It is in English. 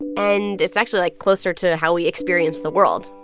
and it's actually, like, closer to how we experience the world